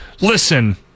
listen